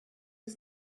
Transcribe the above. was